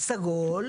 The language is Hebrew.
סגול.